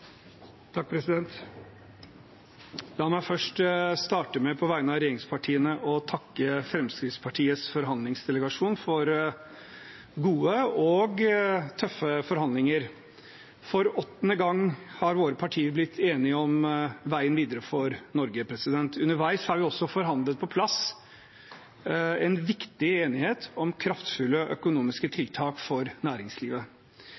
tøffe forhandlinger. For åttende gang har våre partier blitt enige om veien videre for Norge. Underveis har vi også forhandlet på plass en viktig enighet om kraftfulle økonomiske tiltak for næringslivet.